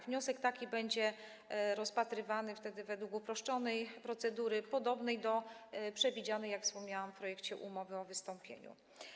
Wniosek taki będzie wtedy rozpatrywany według uproszczonej procedury, podobnej do przewidzianej, jak wspomniałam, w projekcie umowy o wystąpieniu.